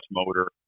motor